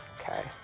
Okay